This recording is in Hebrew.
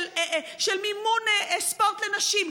של מימון ספורט לנשים,